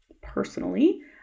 personally